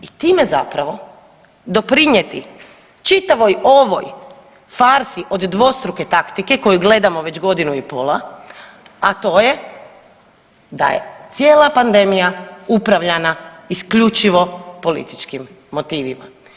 I time zapravo doprinijeti čitavoj ovoj farsi od dvostruke taktike koju gledamo već godinu i pola, a to je da je cijela pandemija upravljana isključivo političkim motivima.